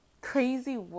crazy